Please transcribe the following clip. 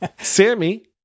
sammy